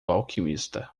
alquimista